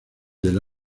del